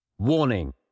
Warning